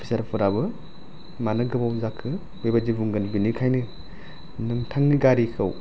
officer फोराबो मानो गोबाव जाखो बेबायदि बुंगोन बिनिखायनो नोंथांनि गारिखौ